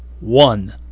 one